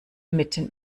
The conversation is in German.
mitten